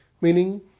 meaning